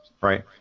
right